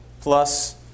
plus